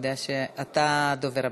תדע שאתה הדובר הבא.